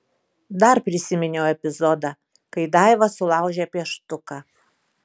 dar prisiminiau epizodą kai daiva sulaužė pieštuką